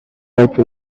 ripe